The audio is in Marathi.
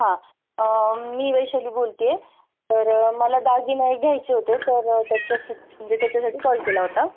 हां मी वैशाली बोलती आहे तर मला दागिने हे घ्यायचे होते तर त्याच्यास म्हणजे त्याच्यासाठी कॉल केला होता